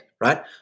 right